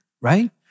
right